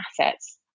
assets